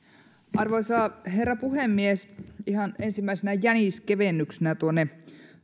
arvoisa herra puhemies ihan ensimmäisenä jäniskevennyksenä tuonne